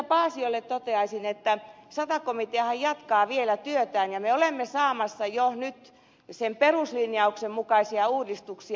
paasiolle toteaisin että sata komiteahan jatkaa vielä työtään ja me olemme saamassa jo nyt sen peruslinjauksen mukaisia uudistuksia